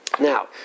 Now